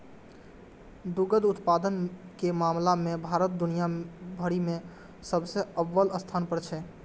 दुग्ध उत्पादन के मामला मे भारत दुनिया भरि मे सबसं अव्वल स्थान पर छै